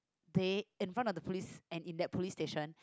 they in front of the police and in that police station